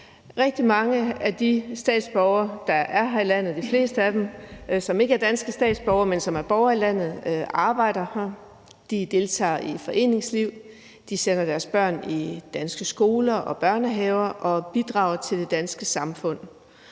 ikke er danske statsborgere, men som er borgere i landet, arbejder her, deltager i foreningsliv, sender deres børn i danske skoler og børnehaver og bidrager til det danske samfund.